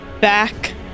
back